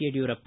Yediyurappa